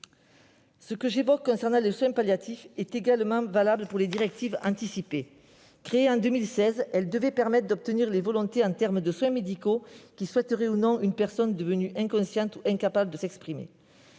Ce que j'évoque concernant les soins palliatifs est également valable pour les directives anticipées. Créées en 2016, elles devaient permettre de connaître les volontés en termes de soins médicaux d'une personne devenue inconsciente ou incapable de s'exprimer.